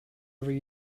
every